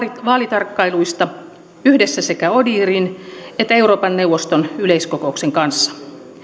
vaalitarkkailuista yhdessä sekä odihrin että euroopan neuvoston yleiskokouksen kanssa